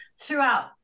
throughout